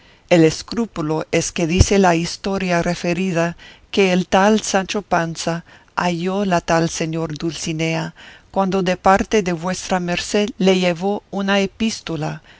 el escrúpulo es que dice la historia referida que el tal sancho panza halló a la tal señora dulcinea cuando de parte de vuestra merced le llevó una epístola